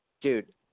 dude